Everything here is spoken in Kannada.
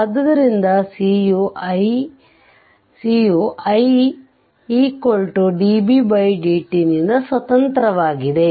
ಆದ್ದರಿಂದ c u i db dt ನಿಂದ ಸ್ವತಂತ್ರವಾಗಿದೆ